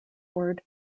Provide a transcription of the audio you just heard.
word